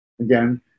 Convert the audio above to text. again